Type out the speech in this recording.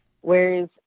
whereas